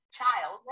child